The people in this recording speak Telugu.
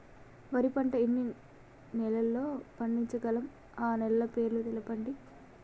వరి పంట ఎన్ని నెలల్లో పండించగలం ఆ నెలల పేర్లను తెలుపండి?